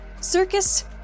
Circus